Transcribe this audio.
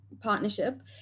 partnership